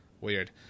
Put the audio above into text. weird